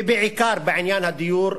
ובעיקר בעניין הדיור,